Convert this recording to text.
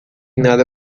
nada